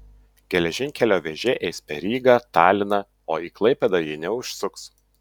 geležinkelio vėžė eis per ryga taliną o į klaipėdą ji neužsuks